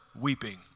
weeping